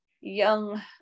young